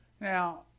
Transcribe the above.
Now